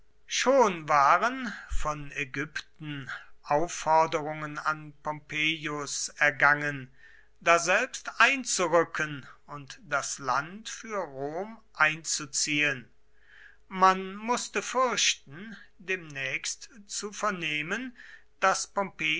schon waren von ägypten aufforderungen an pompeius ergangen daselbst einzurücken und das land für rom einzuziehen man mußte fürchten demnächst zu vernehmen daß